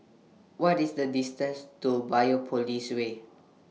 What IS The distances to Biopolis Way